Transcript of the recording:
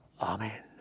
Amen